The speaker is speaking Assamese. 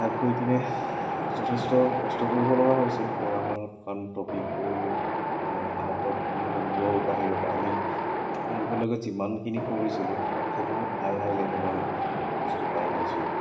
তাত গৈ কিনে যথেষ্ট কষ্ট কৰিবলগা হৈছে পঢ়া শুনাত টপিকবোৰ মানে আউট অফ মানে মূৰৰ বাহিৰত আমি যিমানখিনি পঢ়িবলগা যিমানখিনি পঢ়িছিলোঁ তাতকৈ বহুত হাই হাই লেভেলৰ বস্তু পাই আহিছোঁ